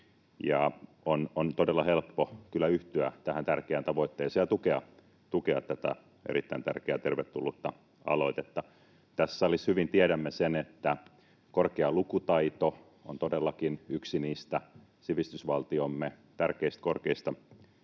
todella helppo yhtyä tähän tärkeään tavoitteeseen ja tukea tätä erittäin tärkeää ja tervetullutta aloitetta. Tässä salissa hyvin tiedämme sen, että korkea lukutaito on todellakin yksi niistä sivistysvaltiomme tärkeistä, korkeista perustoista,